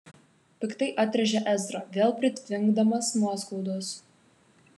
piktai atrėžė ezra vėl pritvinkdamas nuoskaudos